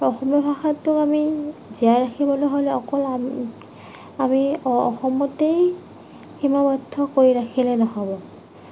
অসমীয়া ভাষাটোক আমি জীয়াই ৰাখিবলৈ হ'লে অকল আমি অসমতেই সীমাবদ্ধ কৰি ৰাখিলে নহ'ব